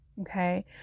okay